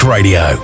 Radio